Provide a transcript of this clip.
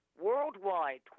Worldwide